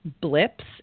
blips